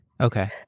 Okay